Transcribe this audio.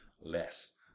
less